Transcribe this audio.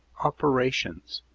operations,